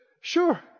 sure